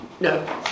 No